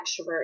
extrovert